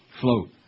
float